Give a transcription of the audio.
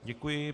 Děkuji.